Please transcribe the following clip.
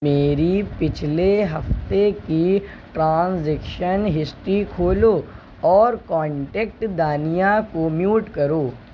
میری پچھلے ہفتے کی ٹرانزیکشن ہسٹری کھولو اور کانٹیکٹ دانیا کو میوٹ کرو